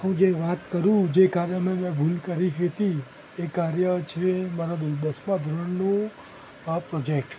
હું જે વાત કરું જે કાર્યમાં મેં ભૂલ કરી હતી એ કાર્ય છે મારા દો દસમા ધોરણનું આ પ્રોજેક્ટ